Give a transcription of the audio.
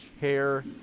hair